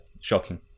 shocking